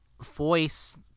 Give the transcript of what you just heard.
voice